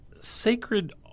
Sacred